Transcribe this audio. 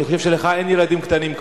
אני חושב שלך כבר אין ילדים קטנים,